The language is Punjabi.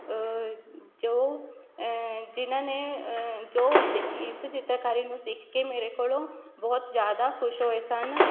ਜੋ ਜਿਨ੍ਹਾਂ ਨੇ ਜੋ ਇਸ ਚਿੱਤਰਕਾਰੀ ਨੂੰ ਸਿੱਖ ਕੇ ਮੇਰੇ ਕੋਲੋਂ ਬਹੁਤ ਜ਼ਿਆਦਾ ਖੁਸ਼ ਹੋਏ ਸਨ